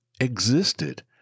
existed